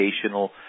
educational